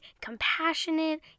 compassionate